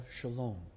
Shalom